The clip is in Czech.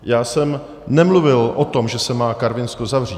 Já jsem nemluvil o tom, že se má Karvinsko zavřít.